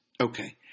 okay